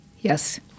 Yes